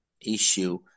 issue